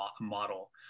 model